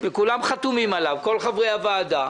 וכולם חתומים עליו - כל חברי הוועדה,